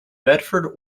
medford